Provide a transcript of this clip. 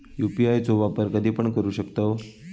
UPI चो वापर कधीपण करू शकतव?